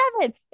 seven